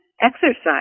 exercise